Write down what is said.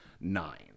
nine